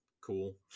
cool